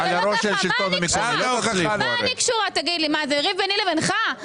זה ריב ביני לבינך?